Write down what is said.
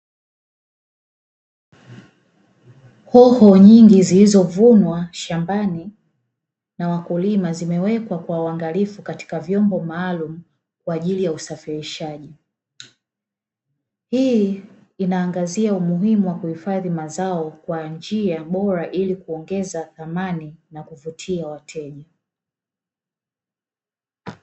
Hoho nyingi zilizovunwa shambani na wakulima, zimewekwa kwa uangalifu katika vyombo maalumu kwa ajili ya usafirishaji. Hii inaangazia umuhimu wa kuhifadhi mazao kwa njia bora Ili kuongeza thamani na kuvutia wateja.